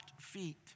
feet